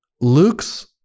Luke's